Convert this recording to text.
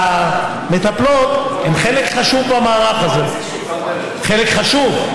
והמטפלות הן חלק חשוב במערך הזה, חלק חשוב,